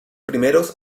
primeros